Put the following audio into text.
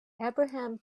abraham